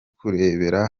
kurebera